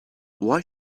why